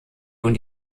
und